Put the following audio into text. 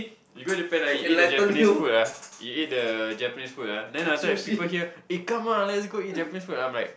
you go Japan right you eat the Japanese food ah you eat the Japanese food ah then after that people here eh come ah let's go eat Japanese food then I'm like